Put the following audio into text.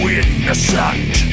innocent